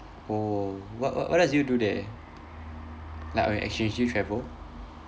oh what what what does you do there like you actually travel